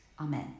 Amen